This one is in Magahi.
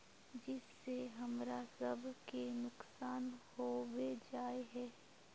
जिस से हमरा सब के नुकसान होबे जाय है?